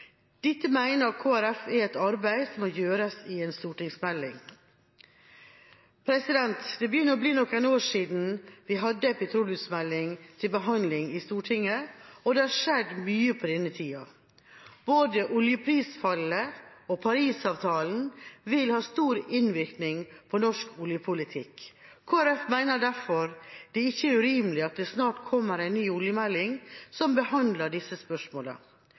Dette mener Kristelig Folkeparti er et arbeid som må gjøres i forbindelse med en stortingsmelding. Det begynner å bli noen år siden vi hadde en petroleumsmelding til behandling i Stortinget, og det har skjedd mye på denne tiden. Både oljeprisfallet og Paris-avtalen vil ha stor innvirkning på norsk oljepolitikk. Kristelig Folkeparti mener derfor det ikke er urimelig at det snart kommer en ny oljemelding som behandler disse